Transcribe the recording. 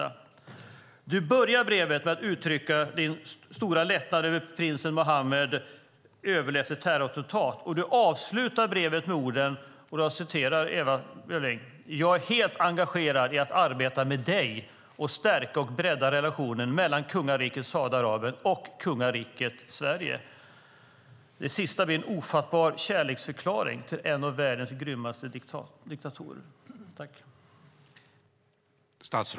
Ewa Björling, du börjar brevet med att uttrycka din stora lättnad över att prins Mohammed Nayef har överlevt ett terrorattentat, och du avslutar brevet med orden: Jag är helt engagerad i att arbeta med dig för att stärka och bredda relationerna mellan kungariket Saudiarabien och kungariket Sverige. Det sista blir en helt ofattbar kärleksförklaring till en av världens grymmaste diktatorer.